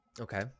Okay